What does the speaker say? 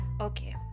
okay